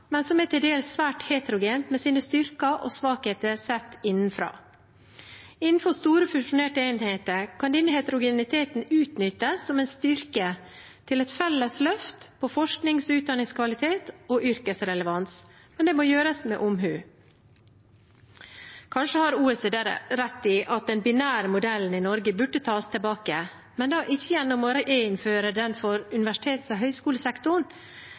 men som er til dels svært heterogent, med styrker og svakheter, sett innenfra. Innenfor store fusjonerte enheter kan denne heterogeniteten utnyttes som en styrke, til et felles løft for forsknings- og utdanningskvalitet og yrkesrelevans. Men det må gjøres med omhu. Kanskje har OECD rett i at den binære modellen burde tas tilbake i Norge, men da ikke gjennom bare å gjeninnføre den for universitets- og høyskolesektoren,